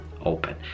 open